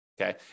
Okay